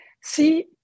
See